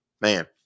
man